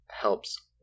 helps